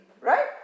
Right